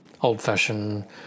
old-fashioned